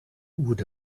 would